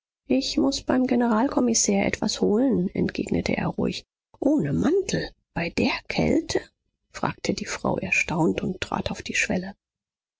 ich muß beim generalkommissär etwas holen entgegnete er ruhig ohne mantel bei der kälte fragte die frau erstaunt und trat auf die schwelle